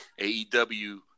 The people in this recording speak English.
AEW